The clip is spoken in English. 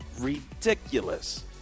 ridiculous